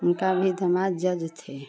उनका भी दमाद जज थे